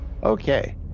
okay